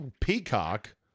peacock